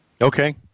okay